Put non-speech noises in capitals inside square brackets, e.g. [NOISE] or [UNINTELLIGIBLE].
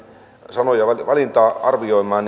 sanavalintaa arvioimaan [UNINTELLIGIBLE]